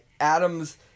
Adams